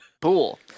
Pool